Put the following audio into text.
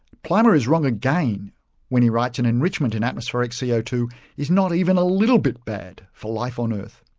plimer is wrong again when he writes an enrichment in atmospheric co ah two is not even a little bit bad for life on earth.